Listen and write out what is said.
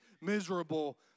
miserable